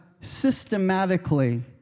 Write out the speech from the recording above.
systematically